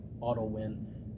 auto-win